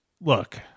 Look